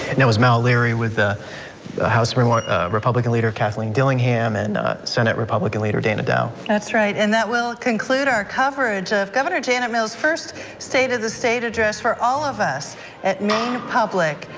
that was mal leary with the house like republican leader kathleen dillingham and senate republican leader dana dow. that's right and that will conclude our coverage of governor janet mills' first state of the state address for all of us at maine public.